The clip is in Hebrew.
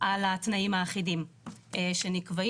על התנאים האחידים שנקבעים.